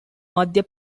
madhya